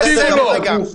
אנחנו נעשה סדר רגע.